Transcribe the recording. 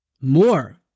more